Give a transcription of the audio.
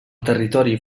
territori